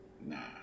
nah